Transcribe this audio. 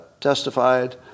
testified